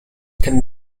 can